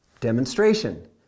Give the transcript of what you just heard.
demonstration